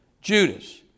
Judas